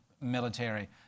military